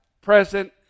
Present